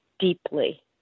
deeply